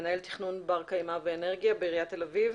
מנהל תכנון בר-קיימא ואנרגיה בעיריית תל-אביב,